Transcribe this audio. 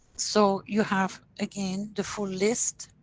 so, you have again the full list.